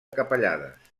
capellades